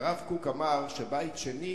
והרב קוק אמר שבית שני